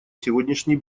сегодняшний